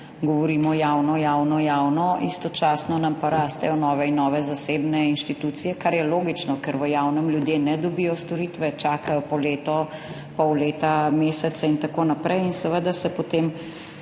govorimo javno, javno, javno, istočasno nam pa rastejo nove in nove zasebne inštitucije, kar je logično, ker v javnem ljudje ne dobijo storitve, čakajo po leto, pol leta, mesece in tako naprej in seveda se potem